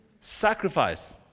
Sacrifice